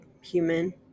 human